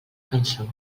cançó